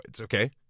okay